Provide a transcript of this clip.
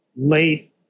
late